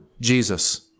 Jesus